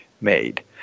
made